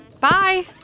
Bye